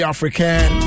African